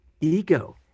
ego